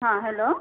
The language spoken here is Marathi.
हा हॅलो